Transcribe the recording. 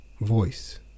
voice